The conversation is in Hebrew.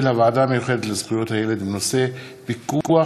של הוועדה המיוחדת לזכויות הילד בנושא פיקוח